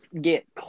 get